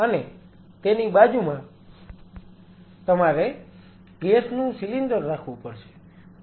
અને તેની બાજુમાં તમારે ગેસ નું સિલિન્ડર રાખવું પડશે